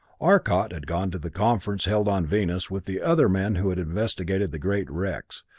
arcot had gone to the conference held on venus with the other men who had investigated the great wrecks,